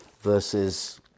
versus